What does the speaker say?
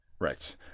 Right